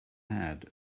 had